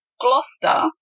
Gloucester